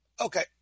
Okay